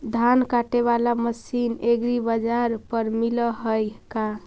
धान काटे बाला मशीन एग्रीबाजार पर मिल है का?